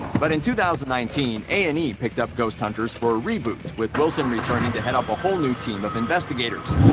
but in two thousand and nineteen, a and e picked up ghost hunters for a reboot, with wilson returning to head up a whole new team of investigators.